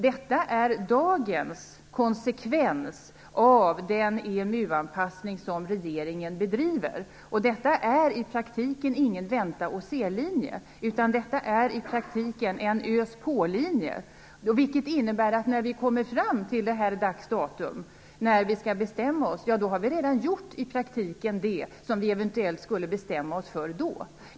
Detta är dagens konsekvens av den EMU-anpassning som regeringen bedriver. Det är i praktiken inte en vänta-och-se-linje utan en en ös-på-linje, vilket innebär att vi i praktiken när vi kommer fram till det datum när vi skall bestämma oss redan har gjort det som vi eventuellt skulle bestämma oss för då.